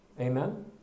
Amen